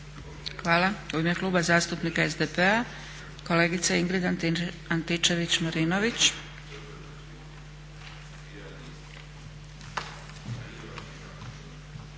Hvala. U ime Kluba zastupnika SDP-a kolegica Ingrid Antičević-Marinović.